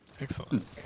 Excellent